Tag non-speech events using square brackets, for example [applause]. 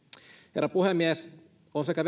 herra puhemies on sekä [unintelligible]